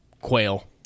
quail